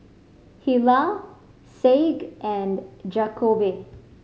Hilah Saige and Jakobe